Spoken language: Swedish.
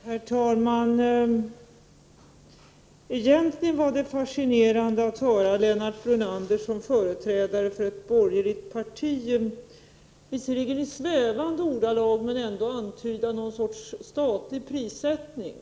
Herr talman! Det var egentligen fascinerande att höra Lennart Brunander som företrädare för ett borgerligt parti visserligen i svävande ordalag men ändå antyda någon sorts statlig prissättning.